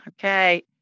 Okay